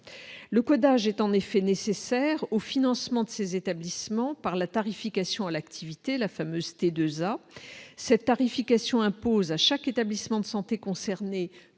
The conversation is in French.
le codage est en effet nécessaire au financement de ces établissements par la tarification à l'activité, la fameuse T2A cette tarification impose à chaque établissement de santé concernés